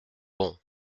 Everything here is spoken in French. bon